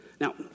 Now